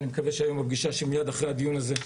אני מקווה שזה יקרה בפגישה שמייד אחרי הדיון הזה,